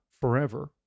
forever